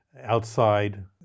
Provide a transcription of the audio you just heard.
outside